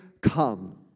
Come